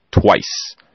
twice